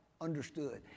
understood